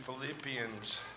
Philippians